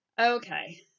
Okay